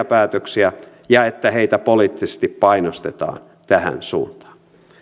päätöksiä ja että heitä poliittisesti painostetaan tähän suuntaan